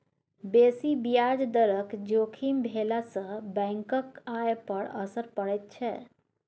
बेसी ब्याज दरक जोखिम भेलासँ बैंकक आय पर असर पड़ैत छै